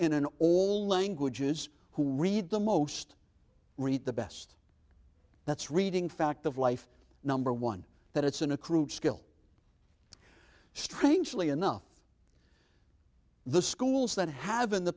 in an all languages who read the most read the best that's reading fact of life number one that it's an accrued skill strangely enough the schools that have in the